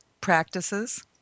practices